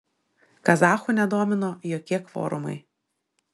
kazachų nedomino jokie kvorumai